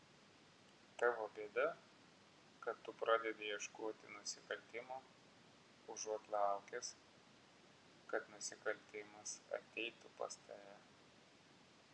tavo bėda kad tu pradedi ieškoti nusikaltimo užuot laukęs kad nusikaltimas ateitų pas tave